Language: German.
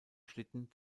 schlitten